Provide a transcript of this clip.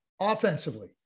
offensively